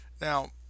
Now